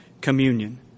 communion